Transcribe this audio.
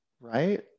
right